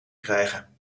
krijgen